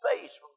face